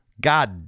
God